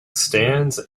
stands